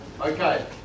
Okay